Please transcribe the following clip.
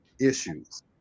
issues